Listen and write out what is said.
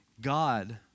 God